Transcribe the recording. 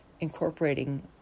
incorporating